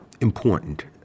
important